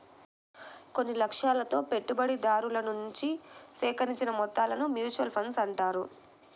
కొన్ని లక్ష్యాలతో పెట్టుబడిదారుల నుంచి సేకరించిన మొత్తాలను మ్యూచువల్ ఫండ్స్ అంటారు